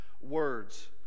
words